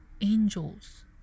angels